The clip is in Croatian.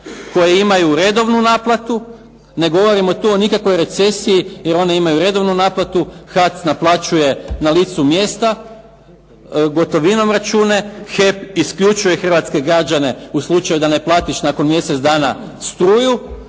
koje imaju redovnu naplatu. Ne govorimo tu o nikakvoj recesiji jer one imaju redovnu naplatu. "HAC" naplaćuje na licu mjesta gotovinom račune, "HEP" isključuje hrvatske građane u slučaju da ne platiš nakon mjesec dana struju,